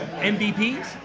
MVPs